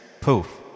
Poof